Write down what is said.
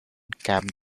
camp